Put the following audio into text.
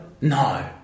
no